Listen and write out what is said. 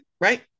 right